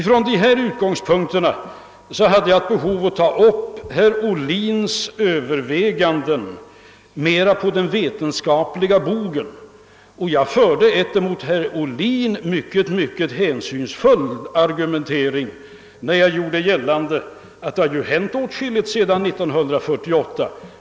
Från dessa utgångspunkter hade jag ett behov att ta upp herr Ohlins överväganden mera på den vetenskapliga bogen och jag använde en synnerligen hänsynsfull argumentering mot herr Ohlin då jag gjorde gällande att det hänt åtskilligt sedan 1948.